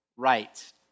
right